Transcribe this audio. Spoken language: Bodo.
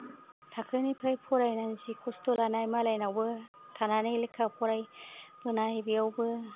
थाखोनिफ्राय फरायनानै जि खस्थ' लानाय मालायनावबो थानानै लेखा फराय बोनाय बेयावबो